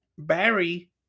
barry